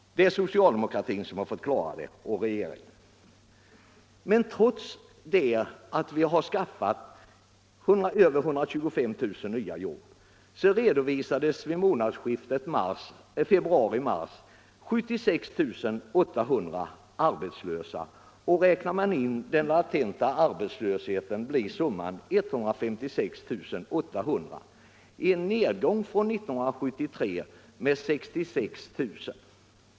Det är socialdemokratin och regeringen som har fått klara situationen. Trots att vi har skaffat över 125 000 nya jobb redovisades dock vid månadsskiftet februari-mars 76 800 arbetslösa. Räknar man in den latenta arbetslösheten blir summan 156 800, vilket innebär en nedgång från år 1973 med 66 000.